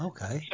Okay